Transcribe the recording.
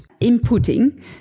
inputting